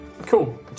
cool